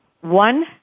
One